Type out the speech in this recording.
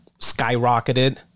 skyrocketed